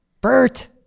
BERT